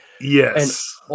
Yes